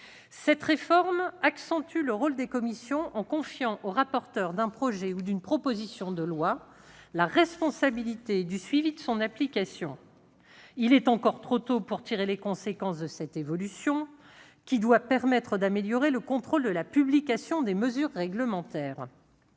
Cette réforme accentue le rôle des commissions, en confiant au rapporteur d'un projet ou d'une proposition de loi la responsabilité du suivi de son application. Il est encore trop tôt pour tirer les conséquences de cette évolution, qui doit permettre d'améliorer le contrôle de la publication des mesures réglementaires.